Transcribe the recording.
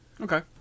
Okay